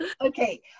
Okay